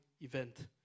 event